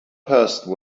person